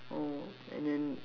oh and then